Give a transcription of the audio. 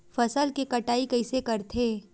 फसल के कटाई कइसे करथे?